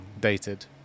dated